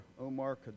Omar